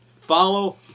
Follow